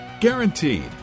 Guaranteed